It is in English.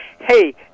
hey